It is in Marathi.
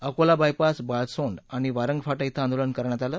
अकोला बायपास बळसोंड आणि वारंगफाटा डें आंदोलन करण्यात आलं